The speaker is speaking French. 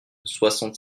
soixante